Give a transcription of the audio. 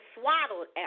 swaddled